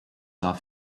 off